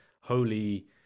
holy